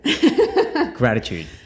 Gratitude